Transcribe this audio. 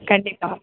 கண்டிப்பாக